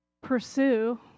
pursue